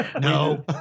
No